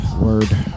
word